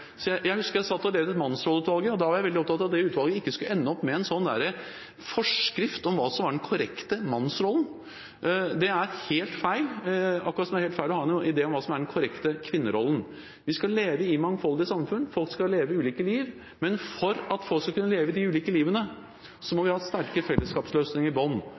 Jeg husker jeg ledet Mannsrolleutvalget. Da var jeg veldig opptatt av at utvalget ikke skulle ende opp med en forskrift om hva som var den korrekte mannsrollen. Det er helt feil – akkurat som det er helt feil å ha noen idé om hva som er den korrekte kvinnerollen. Vi skal leve i et mangfoldig samfunn, folk skal leve ulike liv. Men for at folk skal kunne leve de ulike livene, må vi ha sterke fellesskapsløsninger i